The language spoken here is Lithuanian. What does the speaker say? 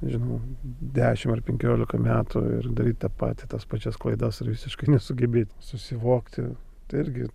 žinau dešim ar penkiolika metų ir daryt tą patį tas pačias klaidas ir visiškai nesugebėti susivokti tai irgi